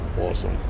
awesome